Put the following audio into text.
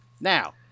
Now